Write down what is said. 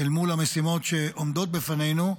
שעומדות בפנינו.